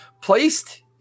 placed